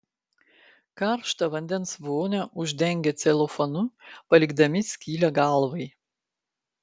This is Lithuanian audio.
karštą vandens vonią uždengia celofanu palikdami skylę galvai